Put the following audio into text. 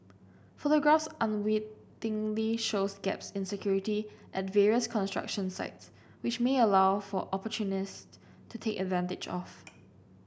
photographs unwittingly shows gaps in security at various construction sites which may allow for opportunist to take advantage of